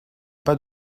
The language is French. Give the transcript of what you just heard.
pas